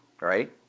Right